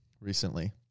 recently